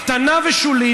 קטנה ושולית,